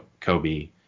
Kobe